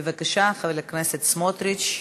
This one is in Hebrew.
בבקשה, חבר הכנסת סמוטריץ,